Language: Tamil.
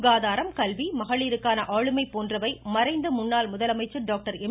சுகாதாரம் கல்வி மகளிருக்கான ஆளுமை போன்றவை மறைந்த முன்னாள் முதலமைச்சர் டாக்டர் எம்